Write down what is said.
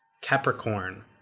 Capricorn